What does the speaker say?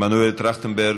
מנואל טרכטנברג,